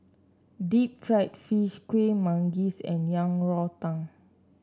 Deep Fried Fish Kuih Manggis and Yang Rou Tang